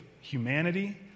humanity